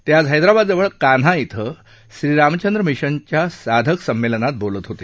ते आज हैदराबादजवळ कान्हा क्वें श्रीरामचंद्र मिशनच्या साधक संमेलनात बोलत होते